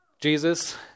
Jesus